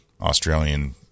Australian